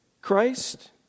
Christ